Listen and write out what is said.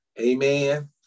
Amen